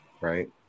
Right